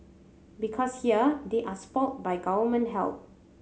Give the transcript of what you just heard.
because here they are spoilt by government help